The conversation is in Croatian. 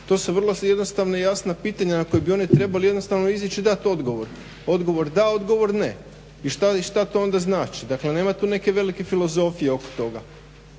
To su vrlo jednostavna i jasna pitanja na koja bi oni trebali jednostavno izaći i dati odgovor. Odgovor da, odgovor ne. I što to onda znači? Dakle, nema tu neke velike filozofije oko toga.